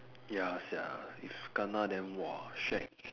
ya sia if kena then !wah! shagged